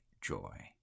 joy